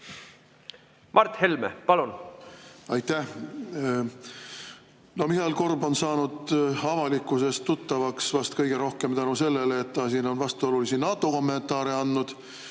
Mart Helme, palun! Aitäh! Mihhail Korb on saanud avalikkuses tuttavaks vast kõige rohkem tänu sellele, et ta on vastuolulisi NATO-kommentaare andnud